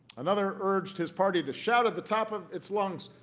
another urged his party to shout at the top of its lungs,